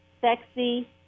sexy